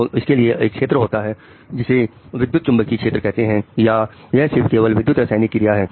तो इसके लिए एक क्षेत्र होता है जिसे विद्युत चुंबकीय क्षेत्र कहते हैं या यह सिर्फ केवल विद्युत रासायनिक क्रिया है